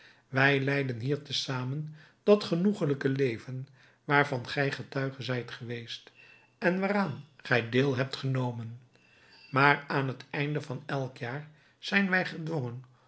wij leiden hier te zamen dat genoegelijke leven waarvan gij getuige zijt geweest en waaraan gij deel hebt genomen maar aan het einde van elk jaar zijn wij